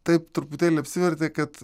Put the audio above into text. taip truputėlį apsivertė kad